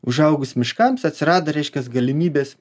užaugus miškams atsirado reiškias galimybės